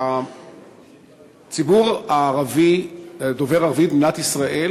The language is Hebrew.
הציבור הערבי הדובר ערבית במדינת ישראל